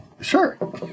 Sure